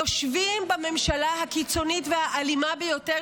יושבים בממשלה הקיצונית והאלימה ביותר